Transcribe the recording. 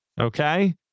Okay